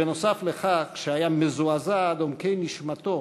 שנוסף על כך שהיה מזועזע עד עמקי נשמתו